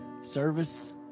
service